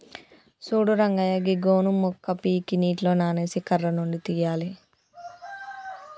సూడు రంగయ్య గీ గోను మొక్క పీకి నీటిలో నానేసి కర్ర నుండి తీయాలి